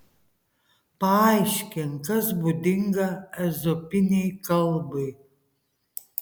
paaiškink kas būdinga ezopinei kalbai